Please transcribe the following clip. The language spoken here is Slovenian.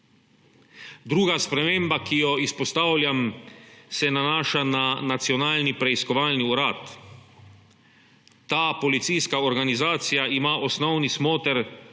Druga sprememba, ki jo izpostavljam, se nanaša na Nacionalni preiskovalni urad. Ta policijska organizacija ima osnovni smoter učinkovitejše